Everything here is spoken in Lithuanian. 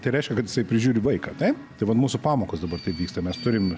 tai reiškia kad jisai prižiūri vaiką taip tai vat mūsų pamokos dabar vyksta mes turim